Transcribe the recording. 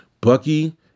Bucky